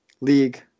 league